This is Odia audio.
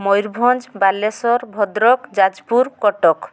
ମୟୂରଭଞ୍ଜ ବାଲେଶ୍ୱର ଭଦ୍ରକ ଯାଜପୁର କଟକ